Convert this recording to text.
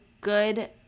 good